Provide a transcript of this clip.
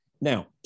Now